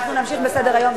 אנחנו נמשיך בסדר-היום,